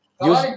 use